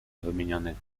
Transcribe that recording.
wymienionych